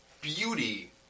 beauty